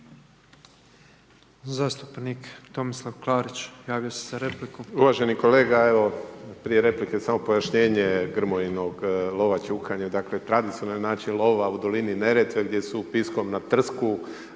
Zastupnik Tomislav Klarić javio se za repliku. **Klarić, Tomislav (HDZ)** Uvaženi kolega, evo prije replike samo pojašnjenje Grmojinog lovo ćukanja. Dakle, tradicionalni način lova u dolini Neretve, gdje su…/Govornik